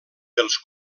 dels